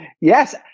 Yes